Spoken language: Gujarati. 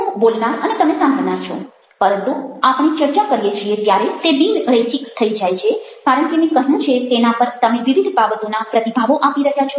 હું બોલનાર અને તમે સાંભળનાર છો પરંતુ આપણે ચર્ચા કરીએ છીએ ત્યારે તે બિન રૈખિક થઈ જાય છે કારણ કે મેં કહ્યું છે તેના પર તમે વિવિધ બાબતોના પ્રતિભાવો આપી રહ્યા છો